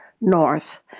north